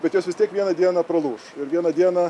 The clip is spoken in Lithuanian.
bet jos vis tiek vieną dieną pralūš ir vieną dieną